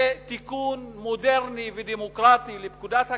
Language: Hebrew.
כתיקון מודרני ודמוקרטי לפקודת הקרקעות,